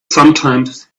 sometimes